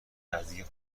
نزدیک